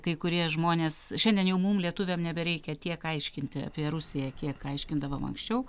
kai kurie žmonės šiandien jau mum lietuviam nebereikia tiek aiškinti apie rusiją kiek aiškindavom anksčiau